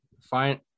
Fine